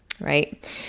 right